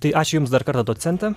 tai ačiū jums dar kartą docente